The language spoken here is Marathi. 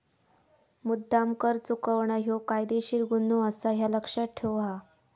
मुद्द्दाम कर चुकवणा ह्यो कायदेशीर गुन्हो आसा, ह्या लक्ष्यात ठेव हां